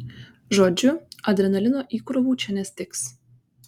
žodžiu adrenalino įkrovų čia nestigs